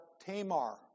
Tamar